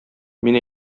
мин